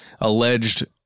alleged